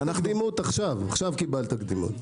עכשיו קיבלת קדימות.